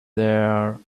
their